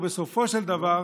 ובסופו של דבר,